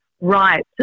Right